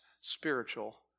spiritual